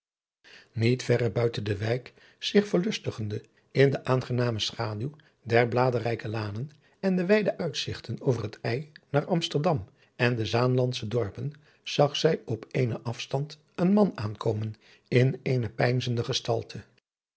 verre buiten de wijk zich verlustigende in de aangename schaduw der bladerrijke lanen en de wijde uitzigten over het ij naar amsterdam en de zaanlandsche dorpen zag zij op eenen afstand een man aankomen in eene peinzende gestalte